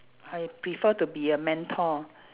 I prefer to be a mentor